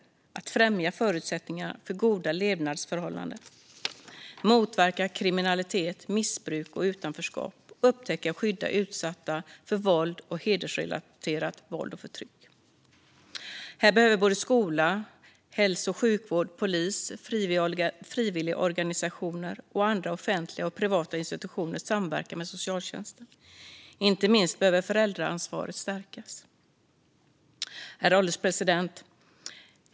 Vi ska främja förutsättningarna för goda levnadsförhållanden, motverka kriminalitet, missbruk och utanförskap och upptäcka och skydda utsatta för våld och hedersrelaterat våld och förtryck. Här behöver både skola, hälso och sjukvård, polis, frivilligorganisationer och andra offentliga och privata institutioner samverka med socialtjänsten. Inte minst behöver föräldraansvaret stärkas. Herr ålderspresident!